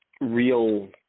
real